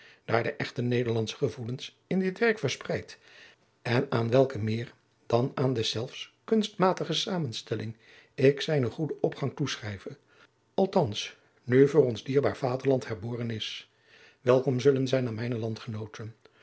daar de echte nederlandsche gevoelens in dit werk verspreid en aan welke meer dan aan deszelfs kunstmatige zamenstelling ik zijnen goeden opgang toeschrijve althans nu voor ons het dierbaar vaderland herboren is welkom zullen zijn aan mijne landgenooten